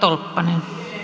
on